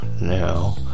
now